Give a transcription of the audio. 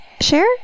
share